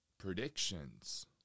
predictions